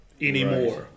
anymore